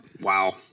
Wow